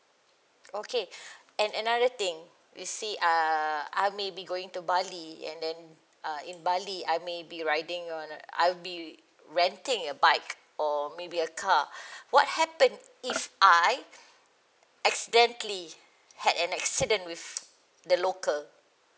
okay and another thing you see uh I may be going to bali and then uh in bali I may be riding on I'll be renting a bike or maybe a car what happen if I accidentally had an accident with the local